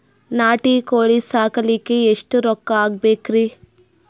ನಾಟಿ ಕೋಳೀ ಸಾಕಲಿಕ್ಕಿ ಎಷ್ಟ ರೊಕ್ಕ ಹಾಕಬೇಕ್ರಿ?